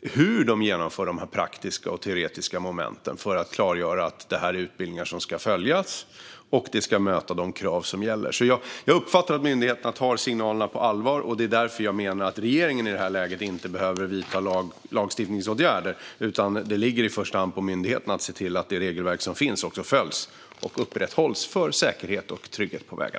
hur man genomför de praktiska och teoretiska momenten för att klargöra att det är utbildningar som ska följas och att de krav som gäller ska mötas. Jag uppfattar att myndigheterna tar signalerna på allvar. Det är därför jag menar att regeringen i det här läget inte behöver vidta lagstiftningsåtgärder. Det ligger i första hand på myndigheten att se till att det regelverk som finns också följs och upprätthålls för säkerhet och trygghet på vägarna.